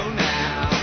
now